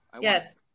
Yes